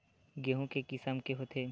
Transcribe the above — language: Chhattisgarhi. गेहूं के किसम के होथे?